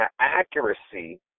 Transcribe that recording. accuracy